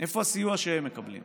איפה הסיוע שהם מקבלים?